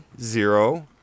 zero